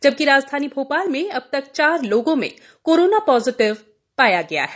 जबकि राजधानी भोपाल में अब तक चार लोगों में कोरोना पॉजिटिव पाया गया है